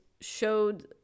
showed